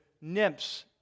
nymphs